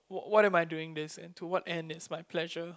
what what am I doing this and to what end is my pleasure